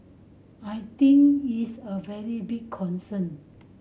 I think it's a very big concern